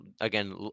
again